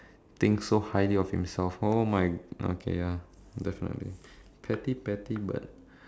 thinks so highly of himself oh my okay ya that's what I mean petty petty but